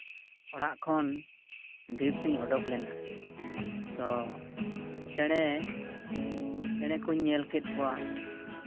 ᱚᱲᱟᱜ ᱠᱷᱚᱱ ᱫᱮᱨᱤᱛᱤᱧ ᱩᱰᱩᱠ ᱞᱮᱱᱟ ᱛᱚ ᱪᱮᱬᱮ ᱪᱮᱬᱮ ᱠᱚᱹᱧ ᱧᱮᱞ ᱠᱮᱫ ᱠᱚᱣᱟ